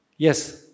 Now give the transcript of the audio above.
Yes